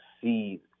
see